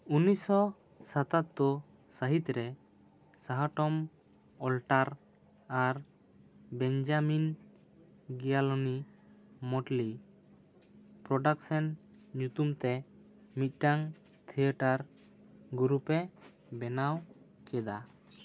ᱩᱱᱤᱥ ᱥᱚ ᱥᱟᱛᱟᱛᱛᱳᱨ ᱥᱟᱹᱦᱤᱛ ᱨᱮ ᱥᱟᱦᱟ ᱴᱚᱢ ᱚᱞᱴᱟᱨ ᱟᱨ ᱵᱮᱧᱡᱟᱢᱤᱱ ᱜᱤᱭᱟᱞᱚᱱᱤ ᱢᱚᱴᱞᱤ ᱯᱨᱚᱰᱟᱠᱥᱮᱱ ᱧᱩᱛᱩᱢ ᱛᱮ ᱢᱤᱫᱴᱟᱝ ᱛᱷᱤᱭᱮᱴᱟᱨ ᱜᱩᱨᱩᱯᱮ ᱵᱮᱱᱟᱣ ᱠᱮᱫᱟ